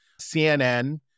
CNN